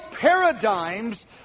paradigms